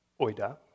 oida